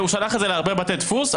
הוא שלח את זה להרבה בתי דפוס.